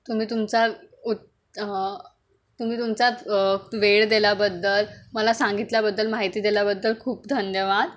तुम्ही तुमचा उ तुम्ही तुमचा वेळ दिल्याबद्दल मला सांगितल्याबद्दल माहिती दिल्याबद्दल खूप धन्यवाद